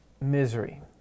misery